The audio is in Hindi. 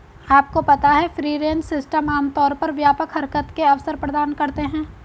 आपको पता है फ्री रेंज सिस्टम आमतौर पर व्यापक हरकत के अवसर प्रदान करते हैं?